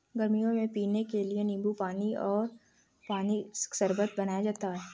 गर्मियों में पीने के लिए नींबू के पानी का शरबत बनाया जाता है